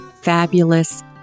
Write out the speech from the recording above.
fabulous